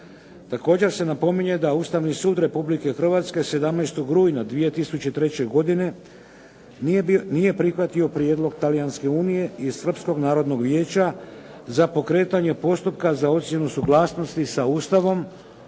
Također se napominje da Ustavni sud Republike Hrvatske 17. rujna 2003. godine nije prihvatio prijedlog Talijanske unije i Srpskog narodnog vijeća za pokretanje postupka za ocjenu suglasnosti sa Ustavom